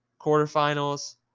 quarterfinals